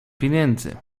pieniędzy